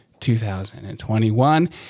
2021